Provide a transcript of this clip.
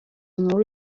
inkuru